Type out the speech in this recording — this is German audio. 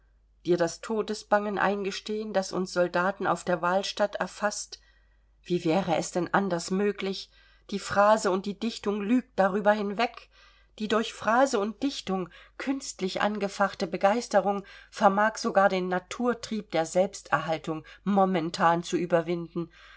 dir das todesbangen eingestehen das uns soldaten auf der wahlstatt erfaßt wie wäre es denn anders möglich die phrase und die dichtung lügt darüber hinweg die durch phrase und dichtung künstlich angefachte begeisterung vermag sogar den naturtrieb der selbsterhaltung momentan zu überwinden